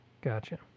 Gotcha